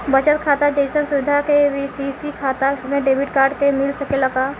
बचत खाता जइसन सुविधा के.सी.सी खाता में डेबिट कार्ड के मिल सकेला का?